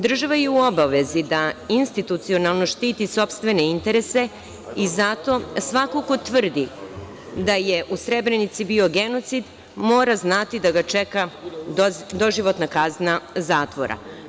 Država je u obavezi da institucionalno štiti sopstvene interese i zato svako ko tvrdi da je u Srebrenici bio genocid mora znati da ga čeka doživotna kazna zatvora.